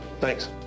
thanks